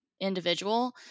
individual